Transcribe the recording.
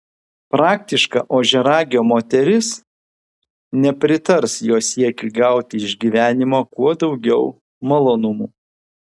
praktiška ožiaragio moteris nepritars jo siekiui gauti iš gyvenimo kuo daugiau malonumų